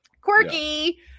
quirky